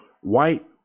white